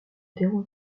déroule